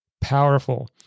powerful